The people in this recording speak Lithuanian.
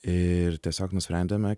ir tiesiog nusprendėme